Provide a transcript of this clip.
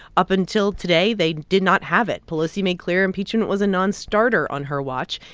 up until today, they did not have it. pelosi made clear impeachment was a nonstarter on her watch.